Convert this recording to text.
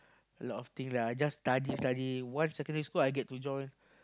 a lot of thing lah just study studying once secondary school I get to join